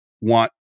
want